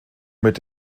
mit